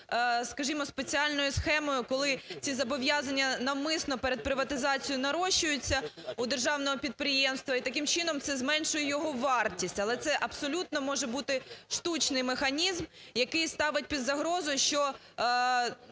скажімо, спеціальною схемою, коли ці зобов'язання навмисно перед приватизацією нарощуються у державного підприємства і таким чином це зменшує його вартість. Але це абсолютно може бути штучний механізм, який ставить під загрозу, що